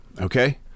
okay